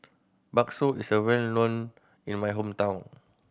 bakso is well known in my hometown